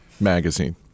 magazine